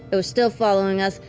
it was still following us.